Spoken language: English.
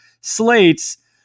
slates